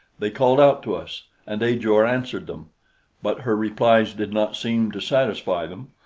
they called out to us, and ajor answered them but her replies did not seem to satisfy them,